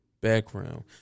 background